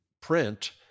print